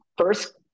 First